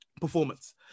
performance